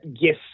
Yes